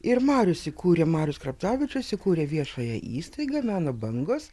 ir marius įkūrė marius kraptavičius įkūrė viešąją įstaigą meno bangos